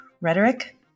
Rhetoric